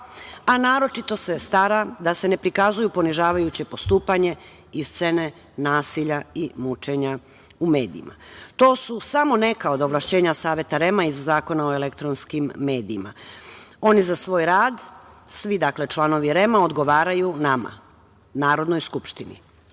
a naročito se stara da se ne prikazuju ponižavajuća postupanja i scene nasilja i mučenja u medijima. To su samo neka od ovlašćenja Saveta REM-a iz Zakona o elektronskim medijima. Oni za svoj rad, dakle svi članovi REM-a, odgovaraju nama, Narodnoj skupštini. Ono